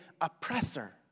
oppressor